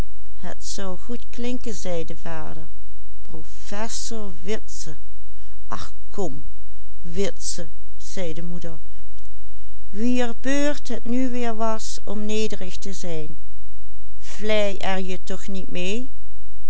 kom witse zei de moeder wier beurt het nu weer was om nederig te zijn vlei er je toch niet mee